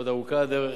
עוד ארוכה הדרך.